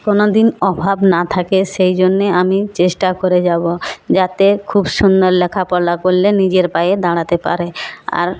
কোনো দিন অভাব না থাকে সেই জন্যে আমি চেষ্টা করে যাবো যাতে খুব সুন্দর লেখাপড়া করলে নিজের পায়ে দাঁড়াতে পারে আর